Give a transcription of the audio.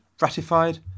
ratified